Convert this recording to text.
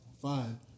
Fine